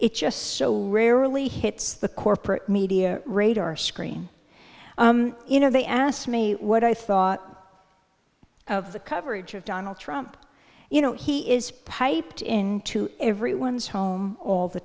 it just so rarely hits the corporate media radar screen you know they asked me what i thought of the coverage of donald trump you know he is piped into everyone's home all the